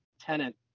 tenant